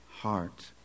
heart